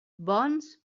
bons